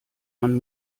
man